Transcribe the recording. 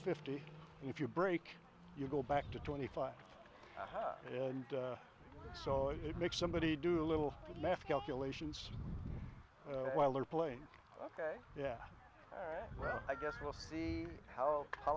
fifty if you break you go back to twenty five so it makes somebody do a little math calculations while they're playing ok yeah i guess we'll see how how